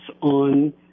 on